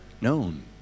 known